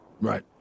Right